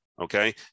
Okay